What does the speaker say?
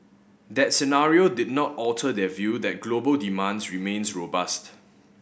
that scenario did not alter their view that global demands remains robust